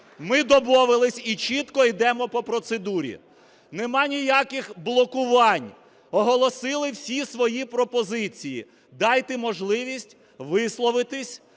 Ми домовилися і чітко йдемо по процедурі. Нема ніяких блокувань. Оголосили всі свої пропозиції. Дайте можливість висловитися,